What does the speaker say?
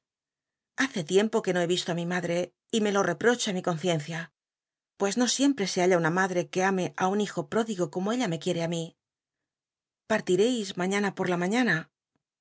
lace tiempo que no noche me ma r he rislo í mi madre y me lo tcprocha mi conciencia pues no siem pre se halla una mad rc que ame í un hijo pr ódigo como ella me quiei'c ü mi partircis maitana por la mañana